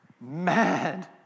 mad